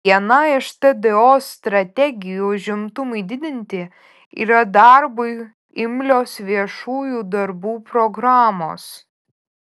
viena iš tdo strategijų užimtumui didinti yra darbui imlios viešųjų darbų programos